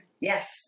Yes